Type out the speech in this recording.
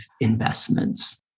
investments